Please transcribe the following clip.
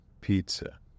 pizza